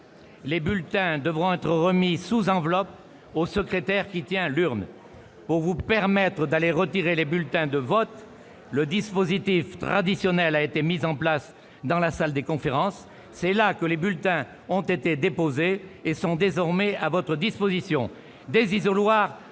les bulletins devront être remis sous enveloppe au secrétaire qui tient l'urne. Pour vous permettre d'aller retirer les bulletins de vote, le dispositif traditionnel a été mis en place dans la salle des conférences : c'est là que les bulletins ont été déposés et sont désormais à votre disposition.